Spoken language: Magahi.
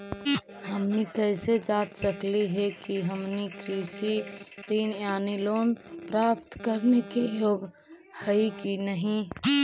हमनी कैसे जांच सकली हे कि हमनी कृषि ऋण यानी लोन प्राप्त करने के योग्य हई कि नहीं?